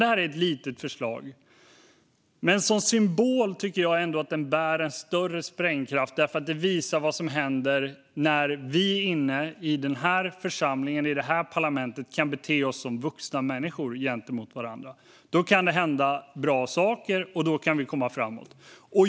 Detta är ett litet förslag, men som symbol tycker jag ändå att det bär en större sprängkraft eftersom det visar vad som händer när vi i detta parlament kan bete oss som vuxna människor gentemot varandra. Då kan det hända bra saker, och vi kan komma framåt.